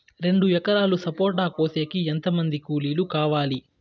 రెండు ఎకరాలు సపోట కోసేకి ఎంత మంది కూలీలు కావాలి?